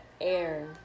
air